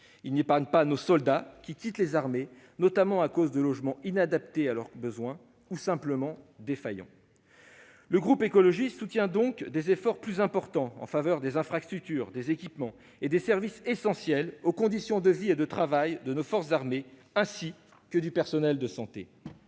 sont pas épargnés ; ils quittent les armées notamment en raison de logements inadaptés à leurs besoins, ou simplement défaillants. Le groupe écologiste soutient donc des efforts plus importants en faveur des infrastructures, des équipements et des services essentiels aux conditions de vie et de travail de nos forces armées, ainsi que du personnel de santé.